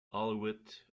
olivet